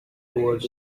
toward